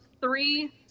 three